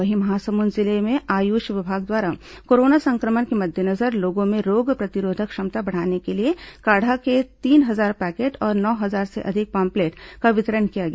वहीं महासमुंद जिले में आयुष विभाग द्वारा कोरोना संक्रमण के मद्देनजर लोगों में रोग प्रतिरोधक क्षमता बढ़ाने के लिए काढ़ा के तीन हजार पैकेट और नौ हजार से अधिक पाम्पलेट का वितरण किया गया